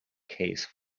case